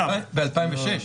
ב-2006?